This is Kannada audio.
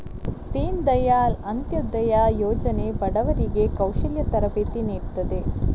ದೀನ್ ದಯಾಳ್ ಅಂತ್ಯೋದಯ ಯೋಜನೆ ಬಡವರಿಗೆ ಕೌಶಲ್ಯ ತರಬೇತಿ ನೀಡ್ತದೆ